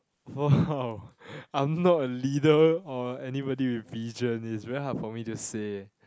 !wow! I'm not a leader or anybody with vision is very hard for me to say